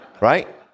Right